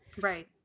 right